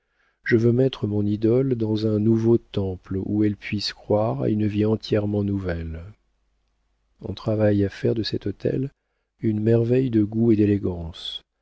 je veux mettre mon idole dans un nouveau temple où elle puisse croire à une vie entièrement nouvelle on travaille à faire de cet hôtel une merveille de goût et d'élégance